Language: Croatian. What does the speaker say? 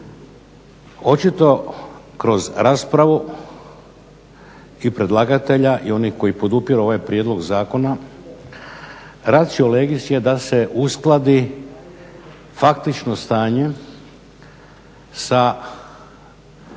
Očito kroz raspravu i predlagatelja i onih koji podupiru ovaj prijedlog zakona, ratio legis je da se uskladi faktično stanje sa,